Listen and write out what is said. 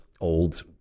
old